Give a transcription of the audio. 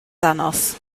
dangos